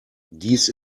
dies